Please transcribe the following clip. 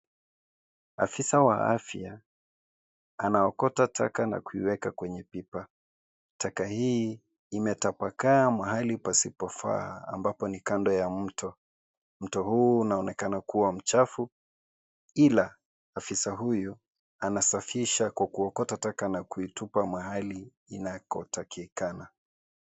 Afisa wa afya anaokota taka na kuiweka kwenye pipa. Taka hii imatapakaa mahali pasipofaa ambapo ni kando ya mto. Mto huu unaonekana kuwa mchafu ila afisa huyu anasafisha kwa kuokota taka na kuitupa mahali inakotakikana.